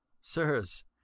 Sirs